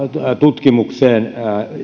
tutkimukseen